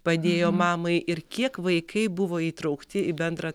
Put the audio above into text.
padėjo mamai ir kiek vaikai buvo įtraukti į bendrą